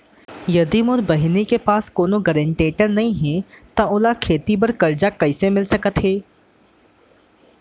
यदि मोर बहिनी के पास कोनो गरेंटेटर नई हे त ओला खेती बर कर्जा कईसे मिल सकत हे?